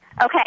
Okay